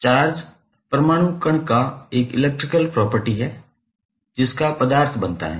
charge परमाणु कण का एक इलेक्ट्रिकल प्रॉपर्टी है जिसका पदार्थ बनता है